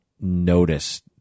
notice